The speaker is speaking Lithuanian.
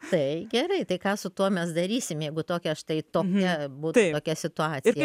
tai gerai tai ką su tuo mes darysim jeigu tokia štai tokia būtų tokia situacija